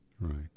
Right